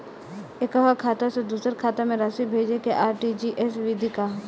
एकह खाता से दूसर खाता में राशि भेजेके आर.टी.जी.एस विधि का ह?